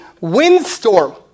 windstorm